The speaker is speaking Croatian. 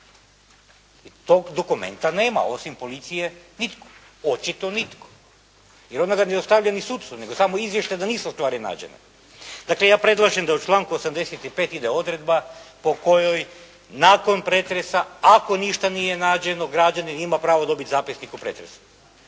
ovdje više nema, osim policije nitko. Očito nitko. Jer onda ga ne dostavlja ni sucu, nego samo izvještaj da nisu stvari nađene. Dakle, ja predlažem da u članku 85. ide odredba, po kojoj nakon pretresa, ako ništa nije nađeno, građanin ima pravo dobiti zapisnik o pretresu,